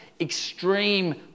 extreme